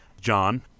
John